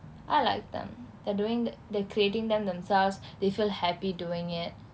I like them they're doing they're creating them themselves they feel happy doing it